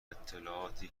اطلاعاتی